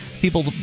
people